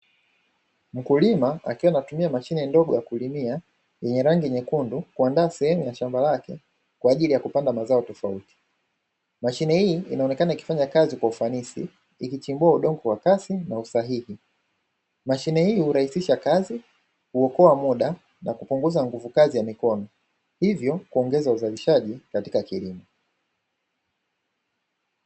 Mkulima akiwa anatumia mashine ndogo ya kulimia yenye rangi nyekundu kuandaa sehemu ya shamba lake kwa ajili ya kupanda mazao tofauti. Mashine hii inaonekana ikifanya kazi kwa ufanisi, ikichimbua udongo kwa kasi na usahihi. Mashine hii hurahisisha kazi, huokoa muda, na kupunguza nguvu kazi ya mikono; hivyo kuongeza uzalishaji katika kilimo.